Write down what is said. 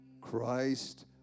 Christ